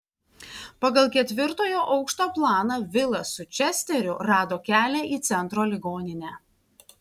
pagal ketvirtojo aukšto planą vilas su česteriu rado kelią į centro ligoninę